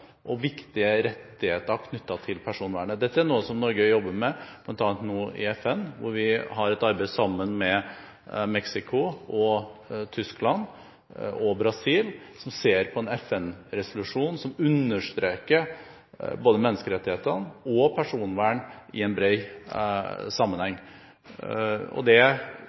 rettigheter knyttet til personvernet. Dette er noe som Norge jobber med, bl.a. i FN nå, hvor vi har et arbeid sammen med Mexico, Tyskland og Brasil, som ser på en FN-resolusjon som understreker både menneskerettighetene og personvern i en bred sammenheng. Det